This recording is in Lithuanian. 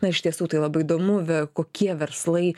na iš tiesų tai labai įdomu kokie verslai